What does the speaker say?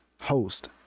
host